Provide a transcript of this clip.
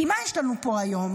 כי מה יש לנו פה היום?